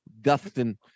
Dustin